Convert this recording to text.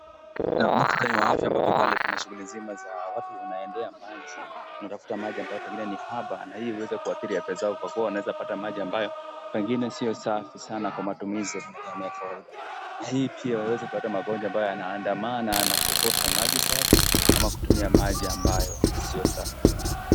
Muktadha ni wa afya ambapo pale kuna shughuli nzima za watu wanaendea maji, wanatafuta maji ambayo pengine ni haba na ile iweze kuathiri afya zao kwa kuwa wanaweza kupata maji ambayo pengine sio safi sana kwa matumizi ya binadamu ya kawaida. Hali hii pia inaweza kuleta magonjwa ambayo yanaandamana na kukosa maji safi ama kutumia maji ambayo sio safi sana.